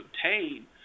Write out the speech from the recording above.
obtain